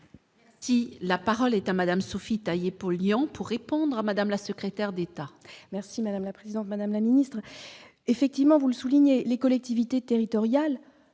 Si la parole est à Madame soufi taillé pour Lyon pour répondre à Madame la secrétaire d'État. Merci madame la présidente, madame la ministre, effectivement vous le soulignez, les collectivités territoriales